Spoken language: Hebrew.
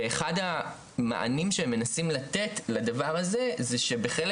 אחד המענים שהם מנסים לתת לדבר הזה הוא שבחלק